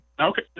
Okay